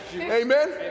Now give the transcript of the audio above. amen